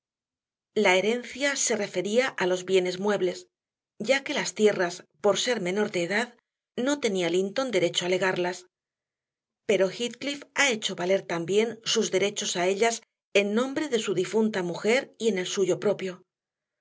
la herencia se refería a los bienes muebles ya que las tierras por ser menor de edad no tenía linton derecho a legarlas pero heathcliff ha hecho valer también sus derechos a ellas en nombre de su difunta mujer y en el suyo propio